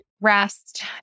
rest